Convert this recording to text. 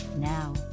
Now